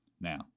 Now